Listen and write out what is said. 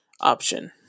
option